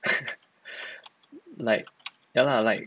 like ya lah like